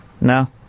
No